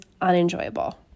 unenjoyable